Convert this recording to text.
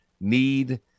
need